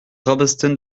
rabastens